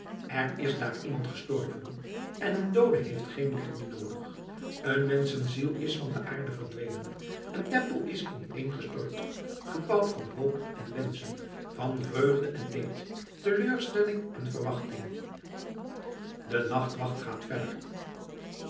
er is daar iemand gestorven en een doode heeft geen licht meer noodig een menschenziel is van de aarde verdwenen een tempel is ineengestort gebouwd van hoop en wenschen van vreugde en leed teleurstelling en verwachting de nachtwacht gaat verder